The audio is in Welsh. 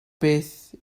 beth